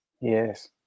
yes